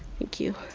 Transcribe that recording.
thank you.